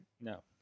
No